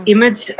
Image